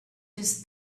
his